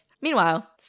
Meanwhile